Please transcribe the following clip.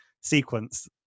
sequence